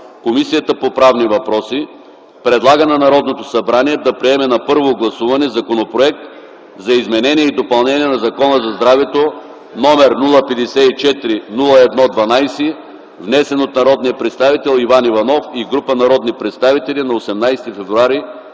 Комисията по правни въпроси предлага на Народното събрание да приеме на първо гласуване Законопроект за изменение и допълнение на Закона за здравето, № 054-01-12, внесен от народния представител Иван Иванов и група народни представители на 18 февруари